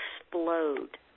explode